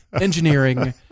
engineering